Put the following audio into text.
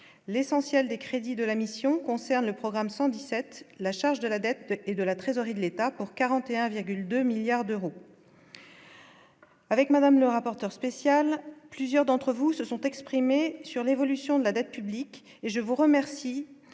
l'essentiel des crédits de la mission concerne le programme 117 la charge de la dette et de la trésorerie de l'État pour 41,2 milliards d'euros. Avec Madame, le rapporteur spécial, plusieurs d'entre vous se sont exprimés sur l'évolution de la dette publique et je vous remercie